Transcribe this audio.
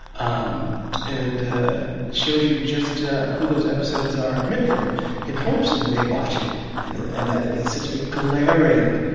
um and shows you just yeah who those episodes are meant for in hopes that they watch it and that and that it is such a glaring,